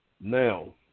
Now